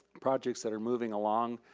projects that are moving along.